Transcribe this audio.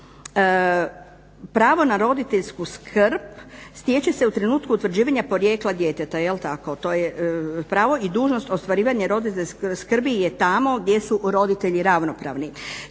pravo na roditeljsku skrb stječe se u trenutku utvrđivanja porijekla djeteta. Pravo i dužnost ostvarivanja roditeljske skrbi je tamo gdje su roditelji ravnopravni.